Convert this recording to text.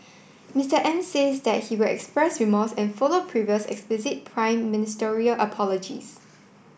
Mister Abe says that he will express remorse and follow previous explicit prime ministerial apologies